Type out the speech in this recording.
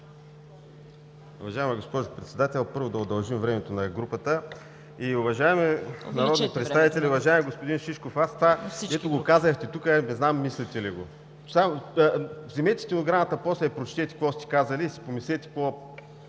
Уважаема госпожо Председател, първо, да удължим времето на групата. Уважаеми народни представители! Уважаеми господин Шишков, това, дето го казахте тук, не знам мислите ли го?! Вземете стенограмата после, прочете какво сте казали и си помислете какво